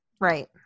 Right